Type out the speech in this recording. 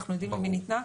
אנחנו יודעים למי ניתנה,